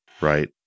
Right